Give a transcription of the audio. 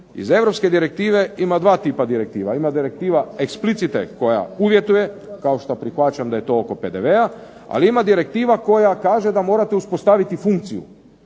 Iz Europske direktive ima dva tipa direktiva, ima direktiva explicite koja uvjetuje, kao što prihvaćam da je to oko PDV-a ali ima direktiva koja kaže da morate uspostaviti funkciju,